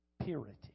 purity